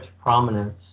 prominence